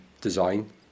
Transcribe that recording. design